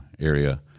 area